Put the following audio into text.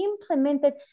implemented